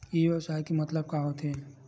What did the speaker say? ई व्यवसाय के मतलब का होथे?